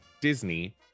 disney